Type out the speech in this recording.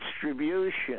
distribution